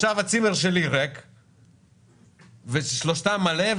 יש לי בעיה בשיווק של זה ואני הולך עכשיו לג'ידא שיש לה מוקד טלפוני.